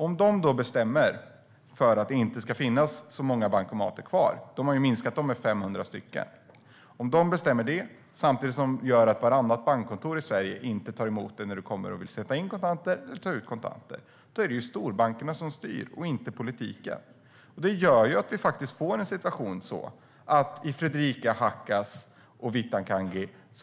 Om de då bestämmer att det inte ska finnas så många bankomater kvar - de har ju minskat antalet med 500 - samtidigt som vartannat bankkontor inte tar emot dig när du vill sätta in eller ta ut kontanter är det storbankerna som styr och inte politiken. Det gör att vi faktiskt får en situation där det inte är möjligt att ta ut kontanter i Fredrika, Hakkas och Vittangi, utan